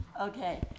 okay